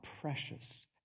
precious